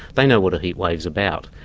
they know what a heat wave's about.